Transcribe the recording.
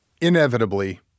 Inevitably